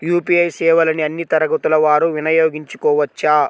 UPI సేవలని అన్నీ తరగతుల వారు వినయోగించుకోవచ్చా?